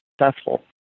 successful